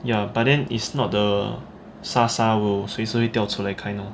ya but then is not the 沙沙 will 随时会掉出来 kind lor